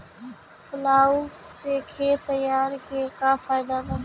Plough से खेत तैयारी के का फायदा बा?